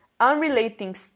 Unrelating